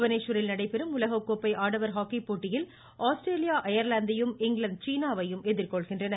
புவனேஸ்வரில் நடைபெறும் உலகக்கோப்பை ஆடவர் ஹாக்கி போட்டியில் ஆஸ்திரேலியா அயா்லாந்தையும் இங்கிலாந்து சீனாவையும் எதிா்கொள்கின்றன